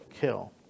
kill